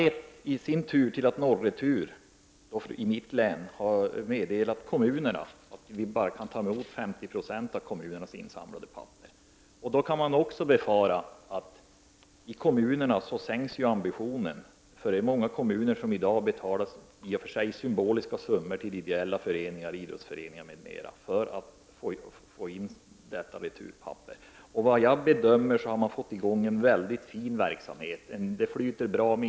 Detta har i sin tur lett till att Norretur i mitt län har meddelat kommunerna att bara 50 96 av kommunernas insamlade papper kan tas emot. Man kan befara att ambitionen sänks i kommunerna. Det är många kommuner som i dag betalar i och för sig symboliska summor till ideella föreningar, idrottsföreningar m.m., för att få in detta returpapper. Som jag bedömer det har man fått i gång en mycket fin verksamhet.